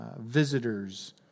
visitors